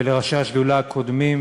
ולראשי השדולה הקודמים,